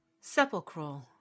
sepulchral